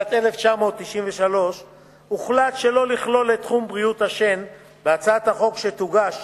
בשנת 1993 הוחלט שלא לכלול את תחום בריאות השן בהצעת החוק שתוגש